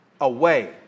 away